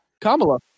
Kamala